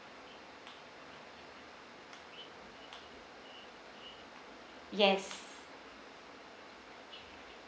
yes